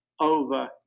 over